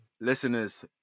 Listeners